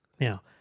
Now